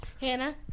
Hannah